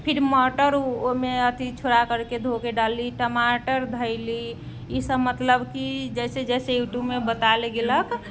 फिर मटर ओइमे अथी छोड़ा करके धोके डालली टमाटर धैली ई सभ मतलब कि जैसे जैसे यूट्यूबमे बतैल गेलक